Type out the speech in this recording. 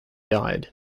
died